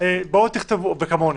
או כמוני,